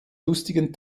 lustigen